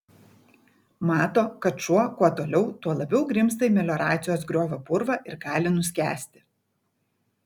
mato kad šuo kuo toliau tuo labiau grimzta į melioracijos griovio purvą ir gali nuskęsti